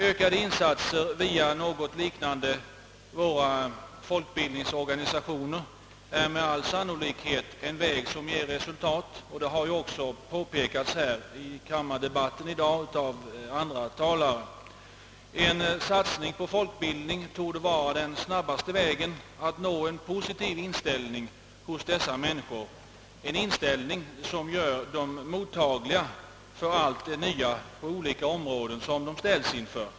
Ökade insatser via något organ liknande våra folkbildningsorganisationer är med all sannolikhet en väg som ger goda resultat, vilket också har påpekats i kammardebatten här i dag av andra talare. En satsning på folkbildning torde vara den snabbaste vägen att nå en positiv inställning hos dessa människor, en inställning som gör dem mottagliga för allt det nya på olika områden som de ställs inför.